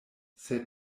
sed